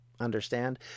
understand